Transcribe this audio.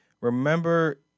Remember